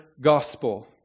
Gospel